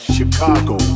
Chicago